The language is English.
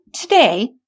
today